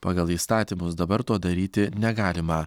pagal įstatymus dabar to daryti negalima